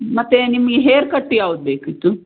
ಮತ್ತು ನಿಮಗೆ ಹೇರ್ಕಟ್ ಯಾವುದು ಬೇಕಿತ್ತು